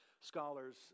scholars